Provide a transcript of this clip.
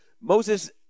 Moses